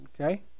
Okay